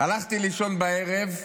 הלכתי לישון בערב מאוחר,